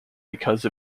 because